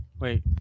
Wait